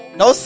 no